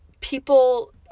people